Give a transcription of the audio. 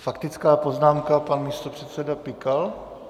Faktická poznámka, pan místopředseda Pikal.